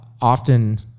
often